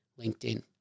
LinkedIn